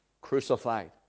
crucified